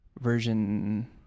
Version